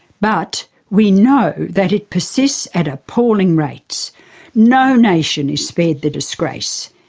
but we know that it persists at appalling rates no nation is spared the disgrace,